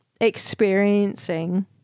experiencing